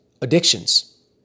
addictions